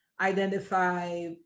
identify